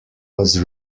was